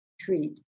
treat